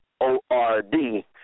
O-R-D